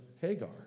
Hagar